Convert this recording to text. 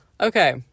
Okay